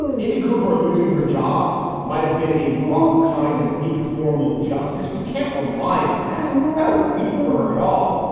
amy cooper, losing her job might have been a rough kind of informal justice. we can't rely on that. i don't weep for her at all.